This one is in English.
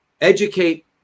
educate